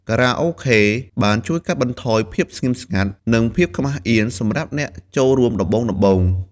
ខារ៉ាអូខេបានជួយកាត់បន្ថយភាពស្ងៀមស្ងាត់ និងភាពអៀនខ្មាសសម្រាប់អ្នកចូលរួមដំបូងៗ។